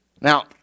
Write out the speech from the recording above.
Now